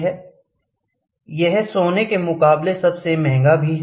2 यह सोने के मुकाबले सबसे महंगा भी है